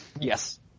Yes